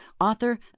author